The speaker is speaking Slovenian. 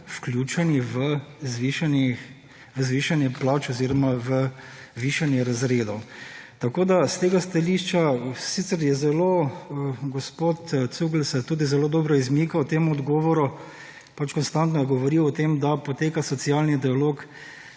v zvišanjih, v zvišanje plač oziroma v višanje razredov. Tako da s tega stališča, sicer je zelo gospod Cugelj se je tudi zelo dobro izmikal temu odgovoru, pač konstantno je govoril o tem, da poteka socialni dialog,